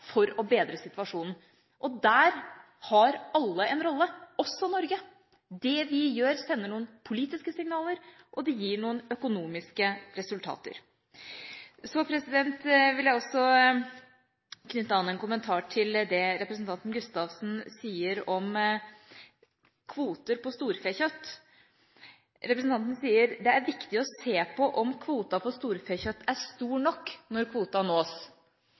for å bedre situasjonen. Der har alle en rolle, også Norge. Det vi gjør, sender noen politiske signaler, og det gir noen økonomiske resultater. Så vil jeg også knytte an en kommentar til det representanten Gustavsen sier om kvoter på storfekjøtt. Representanten sier: Det er viktig å se på om kvota på storfekjøtt er stor nok når kvota nås.